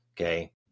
Okay